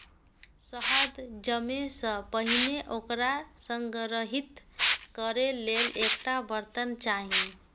शहद जमै सं पहिने ओकरा संग्रहीत करै लेल एकटा बर्तन चाही